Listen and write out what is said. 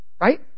right